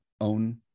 own